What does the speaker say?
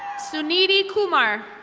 suneedi kumar.